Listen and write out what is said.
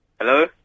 Hello